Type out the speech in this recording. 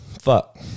fuck